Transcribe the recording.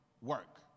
work